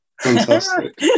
Fantastic